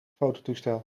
fototoestel